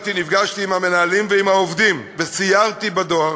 נפגשתי עם המנהלים ועם העובדים, וסיירתי בדואר,